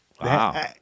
Wow